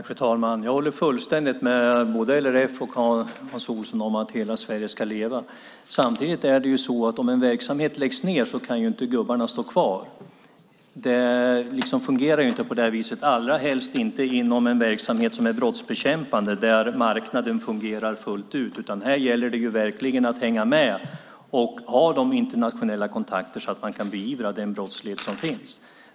Fru talman! Jag håller fullständigt med både LRF och Hans Olsson om att hela Sverige ska leva. Men om en verksamhet läggs ned kan inte gubbarna stå kvar. Det fungerar inte så, allra helst inte inom en brottsbekämpande verksamhet där marknaden fungerar fullt ut. Här gäller det verkligen att hänga med och ha internationella kontakter så att det går att beivra brottsligheten.